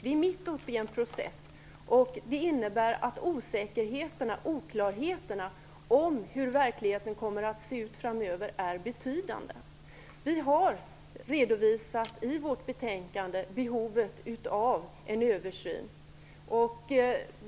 Vi är mitt uppe i en process. Det innebär att osäkerheten och oklarheterna om hur verkligheten kommer att se ut framöver är betydande. I vårt betänkande har vi redovisat behovet av en översyn.